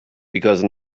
because